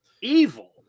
evil